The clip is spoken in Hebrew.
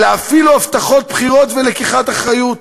אלא אפילו הבטחות בחירות ולקיחת אחריות.